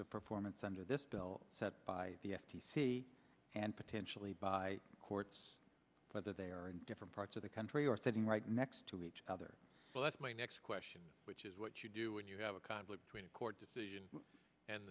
of performance under this bill set by the f t c and potentially by courts whether they are in different parts of the country or sitting right next to each other but that's my next question which is what you do when you have a conflict between a court decision and